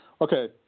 okay